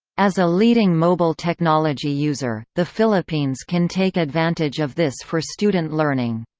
as a leading mobile technology user, the philippines can take advantage of this for student learning.